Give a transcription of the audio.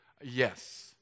Yes